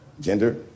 Gender